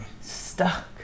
Stuck